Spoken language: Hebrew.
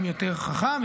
גם יותר חכם.